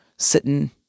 sitting